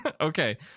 Okay